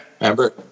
Remember